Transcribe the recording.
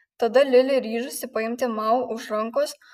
tada lili ryžosi paimti mao už rankos